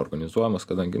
organizuojamos kadangi